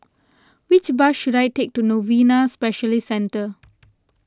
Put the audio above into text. which bus should I take to Novena Specialist Centre